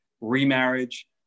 remarriage